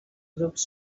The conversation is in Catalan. grups